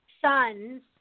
sons